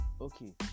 Okay